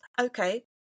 Okay